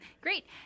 Great